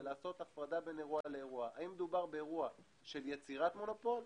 לעשות הפרדה בין אירוע לאירוע - האם מדובר באירוע של יצירת מונופול,